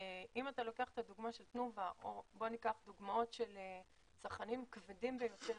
אם אתה לוקח את הדוגמה של תנובה או של צרכנים כבדים ביותר,